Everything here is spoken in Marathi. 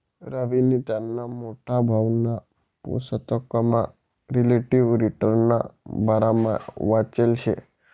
रवीनी त्याना मोठा भाऊना पुसतकमा रिलेटिव्ह रिटर्नना बारामा वाचेल शे